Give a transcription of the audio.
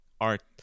art